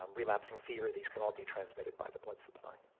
um relapsing fever these can all be transmitted by the blood supply.